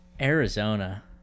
Arizona